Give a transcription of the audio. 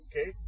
Okay